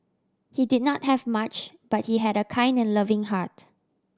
he did not have much but he had a kind and loving heart